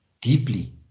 deeply